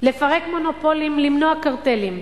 לפרק מונופולים, למנוע קרטלים,